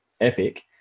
epic